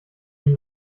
ihm